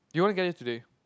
do you want to get it today